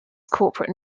corporate